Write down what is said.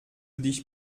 dich